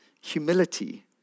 humility